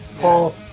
Paul